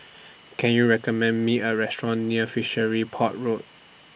Can YOU recommend Me A Restaurant near Fishery Port Road